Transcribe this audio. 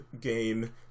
game